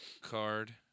card